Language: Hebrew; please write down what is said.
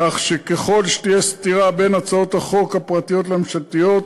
כך שככל שתהיה סתירה בין הצעות החוק הפרטיות לממשלתיות,